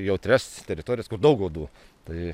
jautrias teritorijas kur daug uodų tai